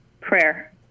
prayer